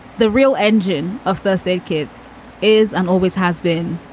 the real engine of the circuit is and always has been.